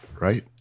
right